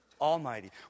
Almighty